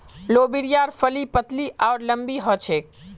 लोबियार फली पतली आर लम्बी ह छेक